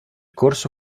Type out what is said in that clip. corso